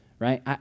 Right